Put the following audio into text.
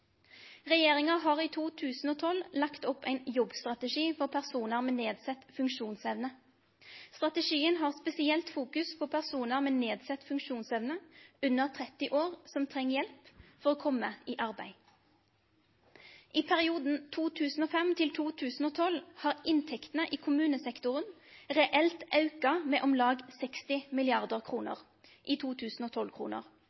Regjeringa har i 2012 lagt opp ein jobbstrategi for personar med nedsett funksjonsevne. Strategien har spesielt fokus på personar med nedsett funksjonsevne under 30 år som treng hjelp for å komme i arbeid. I perioden 2005 til 2012 har inntektene i kommunesektoren reelt auka med om lag 60